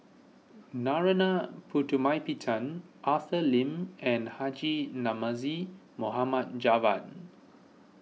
Narana Putumaippittan Arthur Lim and Haji Namazie Mohamed Javad